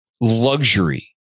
luxury